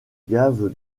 gave